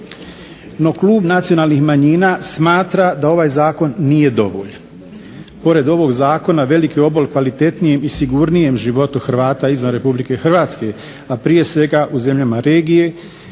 No, Kluba nacionalnih manjina smatra da ovaj zakon nije dovoljan. Pored ovog zakona velik obol kvalitetnijem i sigurnijem životu Hrvata izvan RH a prije svega u zemljama regije